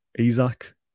Isaac